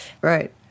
Right